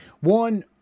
One